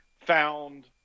found